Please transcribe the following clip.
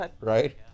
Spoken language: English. right